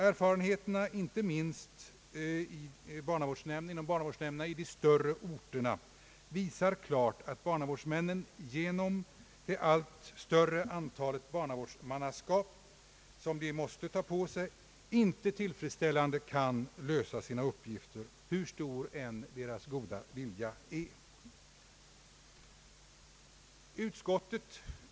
Erfarenheten, inte minst genom barnavårdsnämnderna i de större orterna, visar klart att barnavårdsmännen genom det allt större antalet barnavårdsmannaskap som de måste åtaga sig inte tillfredsställande kan lösa sina uppgifter, hur stor deras goda vilja än är.